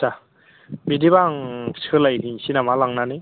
आदसा बिदिब्ला आं सोलाय हैसै नामा लांनानै